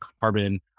carbon